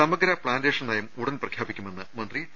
സമഗ്ര പ്ലാന്റേഷൻ നയം ഉടൻ പ്രഖ്യാപിക്കുമെന്ന് മന്ത്രി ടി